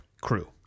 crew